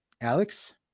Alex